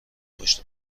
پشت